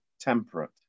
temperate